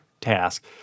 task